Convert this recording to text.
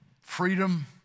freedom